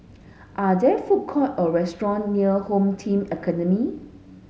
are there food court or restaurant near Home Team Academy